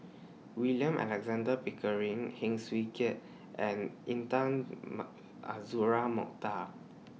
William Alexander Pickering Heng Swee Keat and Intan Ma Azura Mokhtar